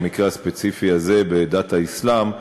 במקרה הספציפי הזה בדת האסלאם,